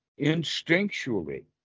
instinctually